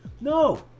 no